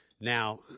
Now